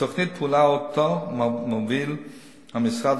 לתוכנית פעולה שמוביל המשרד,